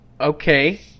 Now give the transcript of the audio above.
Okay